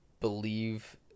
believe